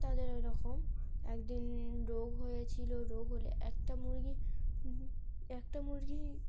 তাদের ওইরকম একদিন রোগ হয়েছিল রোগ হলে একটা মুরগি একটা মুরগি